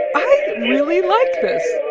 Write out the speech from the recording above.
i really like this